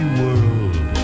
world